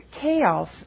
Chaos